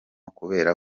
kubera